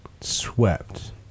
Swept